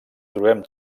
trobem